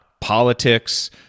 politics